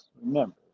Remember